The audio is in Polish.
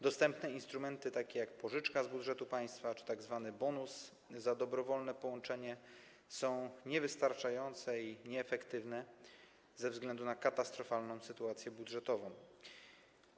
Dostępne instrumenty, takie jak pożyczka z budżetu państwa czy tzw. bonus za dobrowolne połączenie, są niewystarczające i nieefektywne ze względu na katastrofalną sytuację budżetową Ostrowic.